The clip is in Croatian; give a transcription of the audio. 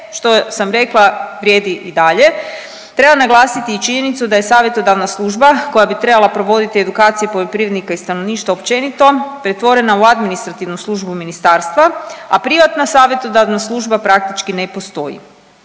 što sam rekla, vrijedi i dalje, treba naglasiti i činjenicu da je savjetodavna služba koja bi trebala provoditi edukacije poljoprivrednika i stanovništva općenito pretvorena u administrativnu službu Ministarstva, a privatna savjetodavna služba praktički ne postoji.